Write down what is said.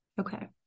Okay